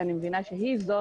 שאני מבינה שהיא זו